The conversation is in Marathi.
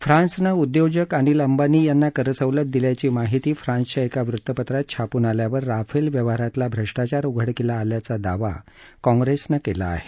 फ्रान्सनं उद्योजक अनिल अंबानी यांना करसवलत दिल्याची माहिती फ्रान्सच्या एका वृत्तपत्रात छापून आल्यावर राफेल व्यवहारातला भ्रष्टाचार उघडकीला आल्याचा दावा काँग्रेसनं केला आहे